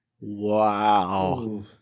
wow